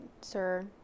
sir